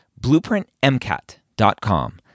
BlueprintMCAT.com